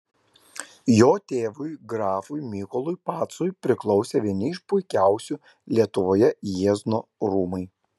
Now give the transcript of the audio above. jo tėvui grafui mykolui pacui priklausė vieni iš puikiausių lietuvoje jiezno rūmai